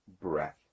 breath